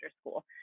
school